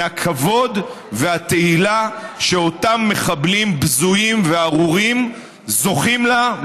זה הכבוד והתהילה שאותם מחבלים בזויים וארורים זוכים להם,